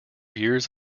years